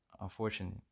unfortunate